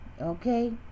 Okay